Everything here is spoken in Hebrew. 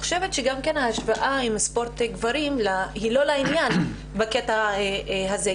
גם כן ההשוואה עם ספורט גברים היא לא לעניין בקטע הזה.